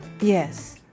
Yes